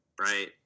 right